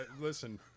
listen